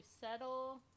settle